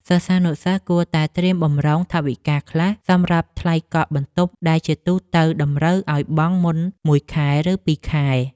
សិស្សានុសិស្សគួរតែត្រៀមបម្រុងថវិកាខ្លះសម្រាប់ថ្លៃកក់បន្ទប់ដែលជាទូទៅតម្រូវឱ្យបង់មុនមួយខែឬពីរខែ។